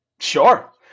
Sure